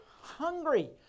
Hungry